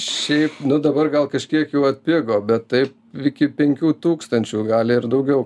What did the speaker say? šiaip nu dabar gal kažkiek jai atpigo bet tai iki penkių tūkstančių gali ir daugiau